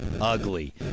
Ugly